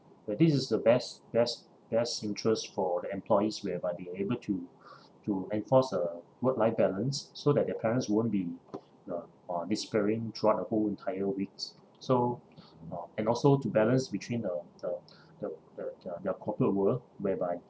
where this is the best best best interest for the employees whereby they are able to to enforce uh work life balance so that their parents won't be uh uh disappearing throughout the whole entire weeks so uh and also to balance between uh the the the the the corporate world whereby